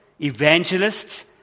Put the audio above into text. evangelists